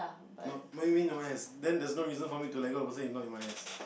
no what do you mean no one has then there's no reason for me to let go of a person not in my ass